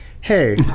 Hey